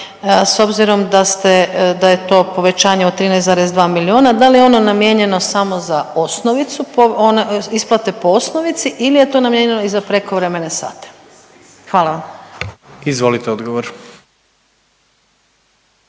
s obzirom da ste, da je to povećanje od 13,2 milijuna, dal je ono namijenjeno samo za osnovicu, isplate po osnovici ili je to namijenjeno i za prekovremene sate? Hvala vam. **Jandroković,